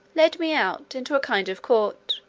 led me out into a kind of court,